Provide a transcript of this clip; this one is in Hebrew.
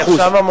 מאה אחוז.